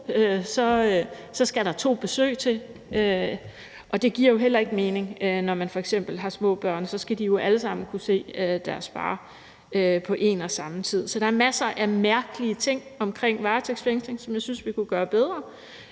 to, skal der to besøg til, og det giver heller ikke mening, når man f.eks. har små børn; så skal de jo alle sammen kunne se deres far på en og samme tid. Så der er masser af mærkelige ting omkring varetægtsfængsling, som jeg synes vi kunne gøre bedre,